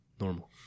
normal